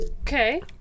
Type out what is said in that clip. Okay